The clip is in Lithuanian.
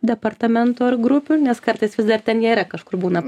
departamento ar grupių nes kartais vis dar ten jie yra kažkur būna